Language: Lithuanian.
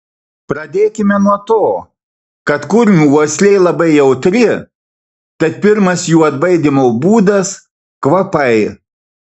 pradėkime nuo to kad kurmių uoslė labai jautri tad pirmas jų atbaidymo būdas kvapai